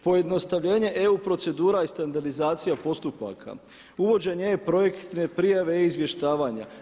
Pojednostavljenje EU procedura i standardizacija postupaka, uvođenje e-projektne prijave i izvještavanje.